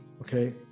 okay